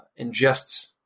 ingests